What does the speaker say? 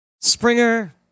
Springer